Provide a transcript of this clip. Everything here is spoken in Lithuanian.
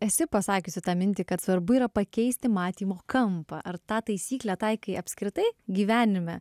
esi pasakiusi tą mintį kad svarbu yra pakeisti matymo kampą ar tą taisyklę taikai apskritai gyvenime